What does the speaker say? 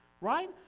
right